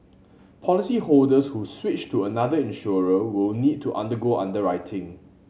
policyholders who switch to another insurer will need to undergo underwriting